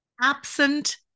absent